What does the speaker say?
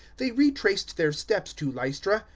they retraced their steps to lystra,